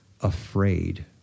afraid